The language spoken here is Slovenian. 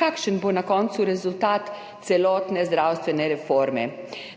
kakšen bo na koncu rezultat celotne zdravstvene reforme.